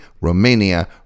Romania